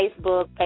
Facebook